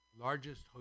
Largest